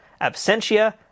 Absentia